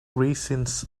raisins